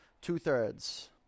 Two-thirds